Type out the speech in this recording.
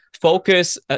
focus